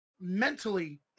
mentally